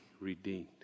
redeemed